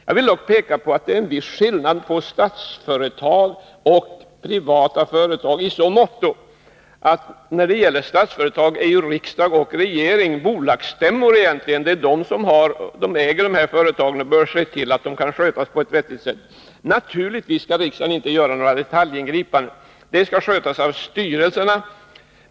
Jag vill dock peka på att det är en viss skillnad mellan Statsföretag och privata företag i så måtto att riksdag och regering beträffande Statsföretag utgör bolagsstämma — äger företagen och bör se till att de sköts på ett vettigt sätt. Naturligtvis skall riksdagen inte göra några detaljingripanden. De skall skötas av styrelserna.